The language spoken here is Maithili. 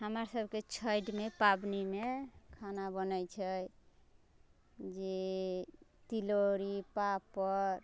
हमरा सबकेँ छठिमे पाबनिमे खाना बनैत छै जे तिलौरी पापड़